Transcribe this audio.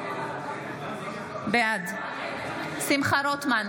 בעד שמחה רוטמן,